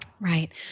Right